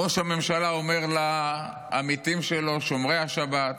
ראש הממשלה אומר לעמיתים שלו, שומרי השבת,